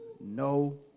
no